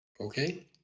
Okay